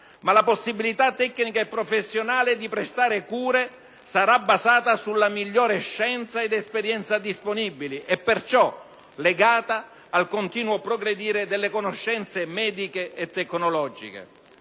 ma la possibilità tecnica e professionale di prestare cure sarà basata sulla migliore scienza ed esperienza disponibili e perciò legata al continuo progredire delle conoscenze mediche e tecnologiche.